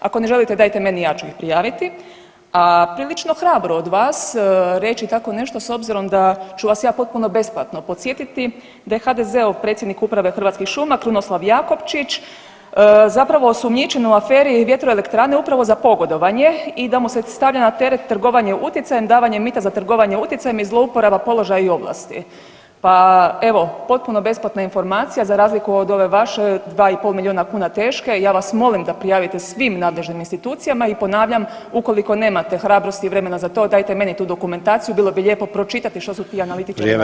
Ako ne želite, dajte meni, ja ću ih prijaviti, a prilično hrabro od vas reći tako nešto s obzirom da ću vas ja potpuno besplatno podsjetiti da je HDZ-ov predsjednik Uprave Hrvatskih šuma Krunoslav Jakobčić zapravo osumnjičen u aferi vjetroelektrane upravo za pogodovanje i da mu se stavlja na teret trgovanje utjecajem, davanje mita za trgovanje utjecajem i zlouporaba položaja i ovlasti pa evo, potpuno besplatna informacija, za razliku od ove vaše, 2,5 milijuna kuna teške, ja vas molim da prijavite svim nadležnim institucijama i ponavljam, ukoliko nemate hrabrosti i vremena za to, dajte meni tu dokumentaciju, bilo bi lijepo pročitati što su ti analitičari napisali.